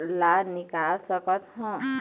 ला निकाल सकत हव?